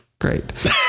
Great